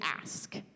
ask